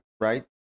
right